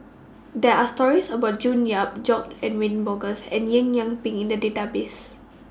There Are stories about June Yap George Edwin Bogaars and Eng Yee Peng in The Database